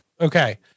okay